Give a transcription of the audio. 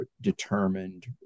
determined